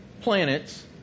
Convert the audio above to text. planets